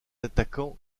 attaquant